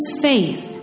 faith